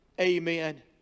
Amen